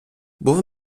був